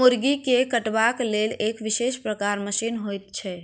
मुर्गी के कटबाक लेल एक विशेष प्रकारक मशीन होइत छै